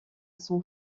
son